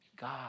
God